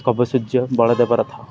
କବି ସୁର୍ଯ୍ୟ ବଳଦେବ ରଥ ଥାଉ